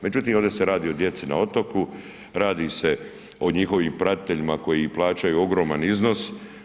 Međutim, ovdje se radi o djeci na otoku, radi se o njihovim pratiteljima koji plaćaju ogroman iznos.